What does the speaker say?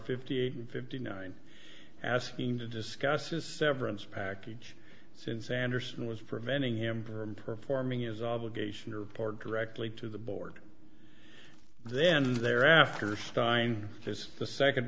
fifty eight fifty nine asking to discuss his severance package since andersen was preventing him from performing is obligation to report directly to the board then and there after stein says the second